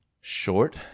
Short